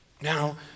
Now